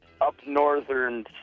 up-northern